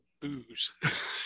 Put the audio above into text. booze